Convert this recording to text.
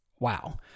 Wow